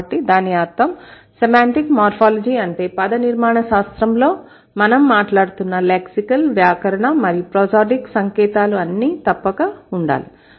కాబట్టి దాని అర్థం సెమాంటిక్ మార్ఫాలజి అంటే పదనిర్మాణ శాస్త్రంలో మనం మాట్లాడుతున్న లెక్సికల్ వ్యాకరణ మరియు ప్రోసోడిక్ సంకేతాలు అన్ని తప్పక ఉండాలి